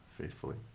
faithfully